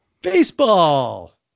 baseball